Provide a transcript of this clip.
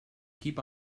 keep